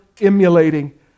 emulating